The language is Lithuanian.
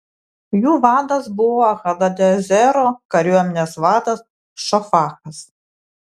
jų vadas buvo hadadezero kariuomenės vadas šofachas